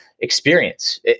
experience